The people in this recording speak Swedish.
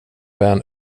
vän